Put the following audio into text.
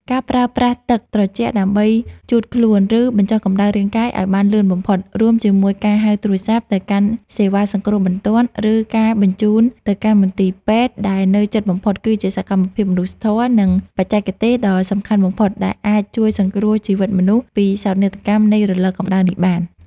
ការប្រើប្រាស់ទឹកត្រជាក់ដើម្បីជូតខ្លួន ឬបញ្ចុះកម្ដៅរាងកាយឱ្យបានលឿនបំផុត រួមជាមួយការហៅទូរស័ព្ទទៅកាន់សេវាសង្គ្រោះបន្ទាន់ ឬការបញ្ជូនទៅកាន់មន្ទីរពេទ្យដែលនៅជិតបំផុត គឺជាសកម្មភាពមនុស្សធម៌ និងបច្ចេកទេសដ៏សំខាន់បំផុតដែលអាចជួយសង្គ្រោះជីវិតមនុស្សពីសោកនាដកម្មនៃរលកកម្ដៅនេះបាន។